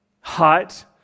hot